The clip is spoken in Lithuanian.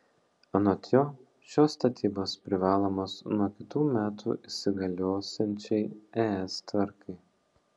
anot jo šios statybos privalomos nuo kitų metų įsigaliosiančiai es tvarkai